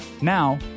Now